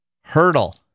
hurdle